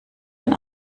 ein